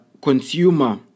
consumer